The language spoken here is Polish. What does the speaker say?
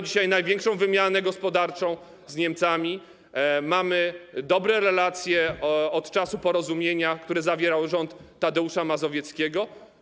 Dzisiaj mamy największą wymianę gospodarczą z Niemcami, mamy dobre relacje od czasu porozumienia, które zawierał rząd Tadeusza Mazowieckiego.